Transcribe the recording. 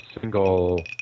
single